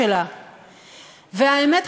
והאמת,